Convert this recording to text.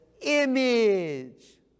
image